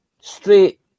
straight